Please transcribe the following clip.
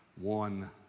One